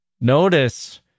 Notice